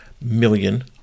million